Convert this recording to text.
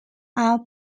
are